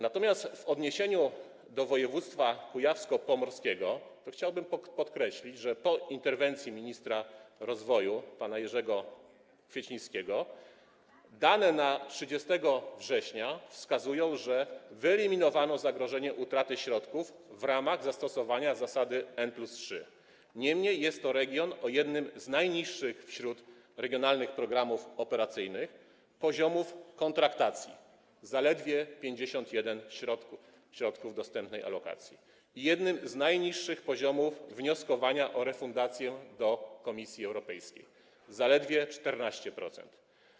Natomiast w odniesieniu do województwa kujawsko-pomorskiego chciałbym podkreślić, że po interwencji ministra rozwoju pana Jerzego Kwiecińskiego dane na dzień 30 września wskazują, że wyeliminowano zagrożenie dotyczące utraty środków w ramach zastosowania zasady n+3, niemniej jest to region o jednym z najniższych, jeśli chodzi o regionalne programy operacyjne, poziomów kontraktacji - zaledwie 51% środków dostępnej alokacji, i jednym z najniższych poziomów wnioskowania o refundację do Komisji Europejskiej - zaledwie 14%.